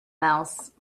mouse